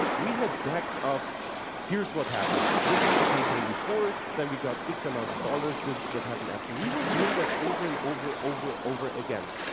we had decks of here's what happened, this was the campaign before, then we got x amount of dollars, this is what happened after. we were doing that over and over over over again.